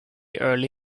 early